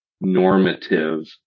normative